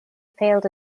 failed